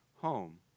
home